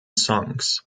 songs